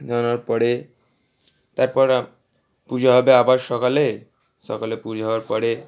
ধরানোর পরে তারপর পূজা হবে আবার সকালে সকালে পূজা হওয়ার পরে